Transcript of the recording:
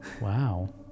Wow